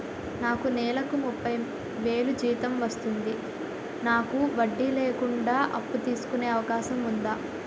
నాకు నేలకు ముప్పై వేలు జీతం వస్తుంది నాకు వడ్డీ లేకుండా అప్పు తీసుకునే అవకాశం ఉందా